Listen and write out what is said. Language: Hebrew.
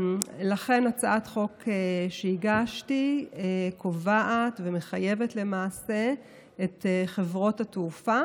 לכן הצעת חוק שהגשתי קובעת ומחייבת למעשה את חברות התעופה